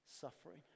suffering